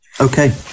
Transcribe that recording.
Okay